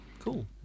cool